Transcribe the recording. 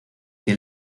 que